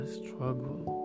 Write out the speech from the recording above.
struggle